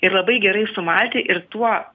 ir labai gerai sumalti ir tuo